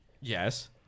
yes